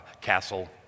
castle